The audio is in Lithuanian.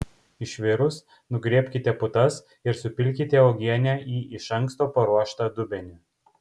išvirus nugriebkite putas ir supilkite uogienę į iš anksto paruoštą dubenį